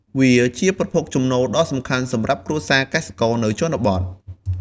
វាជាប្រភពចំណូលដ៏សំខាន់សម្រាប់គ្រួសារកសិករនៅជនបទ។